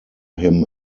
him